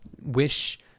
wish